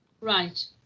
Right